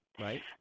Right